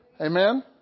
Amen